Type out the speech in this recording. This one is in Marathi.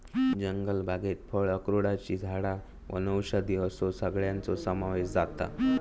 जंगलबागेत फळां, अक्रोडची झाडां वनौषधी असो सगळ्याचो समावेश जाता